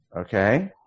Okay